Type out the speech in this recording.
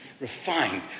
refined